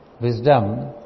wisdom